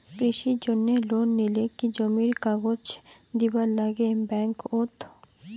কৃষির জন্যে লোন নিলে কি জমির কাগজ দিবার নাগে ব্যাংক ওত?